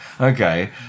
Okay